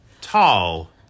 Tall